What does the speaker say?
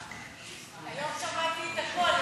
היום שמעתי את הכול,